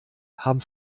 haben